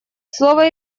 слово